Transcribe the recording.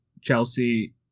Chelsea